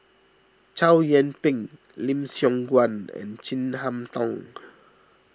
Chow Yian Ping Lim Siong Guan and Chin Harn Tong